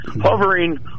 hovering